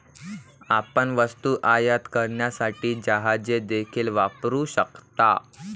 आपण वस्तू आयात करण्यासाठी जहाजे देखील वापरू शकता